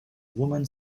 women